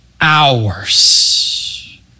hours